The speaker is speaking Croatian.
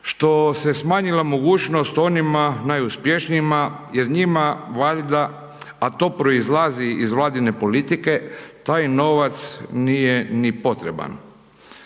što se je smanjila mogućnost onima najuspješnijima jer njima valjda, a to proizlazi iz vladine politike, taj novac, nije ni potreban.